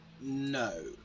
no